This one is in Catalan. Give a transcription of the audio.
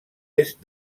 est